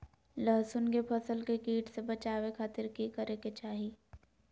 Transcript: लहसुन के फसल के कीट से बचावे खातिर की करे के चाही?